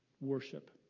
Worship